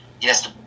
yes